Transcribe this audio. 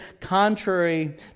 contrary